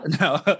no